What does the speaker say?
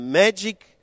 magic